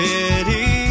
City